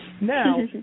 Now